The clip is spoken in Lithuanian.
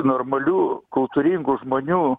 normalių kultūringų žmonių